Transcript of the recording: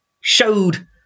showed